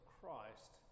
Christ